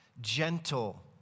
gentle